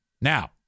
Now